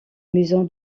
maison